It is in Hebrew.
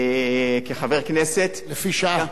כחבר כנסת, לפי שעה.